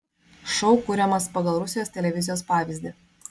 šou kuriamas pagal rusijos televizijos pavyzdį